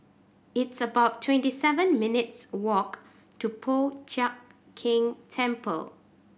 it's about twenty seven minutes' walk to Po Chiak Keng Temple